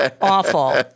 Awful